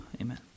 Amen